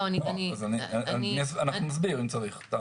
אנחנו נסביר אם צריך.